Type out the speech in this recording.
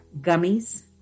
gummies